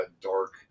dark